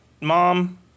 Mom